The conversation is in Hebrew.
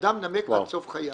- אדם נמק עד סוף חייו.